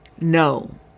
no